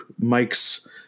Mike's